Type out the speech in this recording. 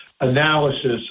analysis